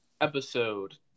episode